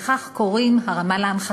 חבר הכנסת מרגי, לכך קוראים: הרמה להנחתה.